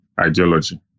ideology